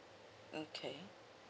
okay